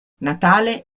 natale